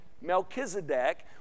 Melchizedek